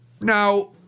Now